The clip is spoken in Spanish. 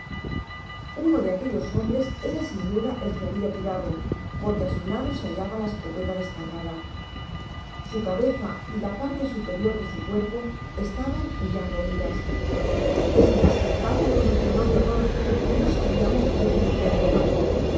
uno de aquellos hombres era sin duda el que habia tirado porque á su lado se hallaba la escopeta descargada su cabeza y la parte superior de su cuerpo estaban ya roidas este espectáculo nos llenó de horror y no sabiamos qué direccion tomar